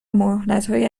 مهلتهای